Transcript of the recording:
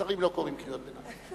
שרים לא קוראים קריאות ביניים.